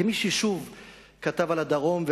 כמי שכתב על הדרום,